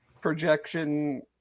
projection